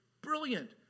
brilliant